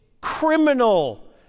criminal